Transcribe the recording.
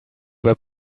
were